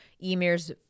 emir's